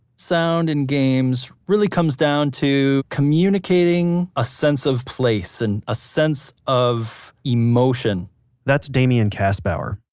sound in games really comes down to communicating a sense of place and a sense of emotion that's damien kastbauer,